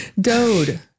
Dode